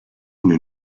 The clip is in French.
une